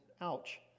ouch